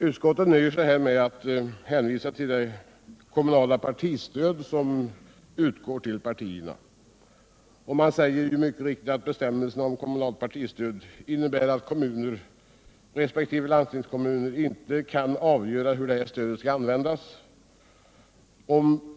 Utskottet nöjer sig med att hänvisa till det kommunala partistöd som utgår till partierna och säger mycket riktigt att bestämmelserna om kommunalt partistöd innebär att kommunerna resp. landstingskommunerna inte kan avgöra hur detta stöd skall användas.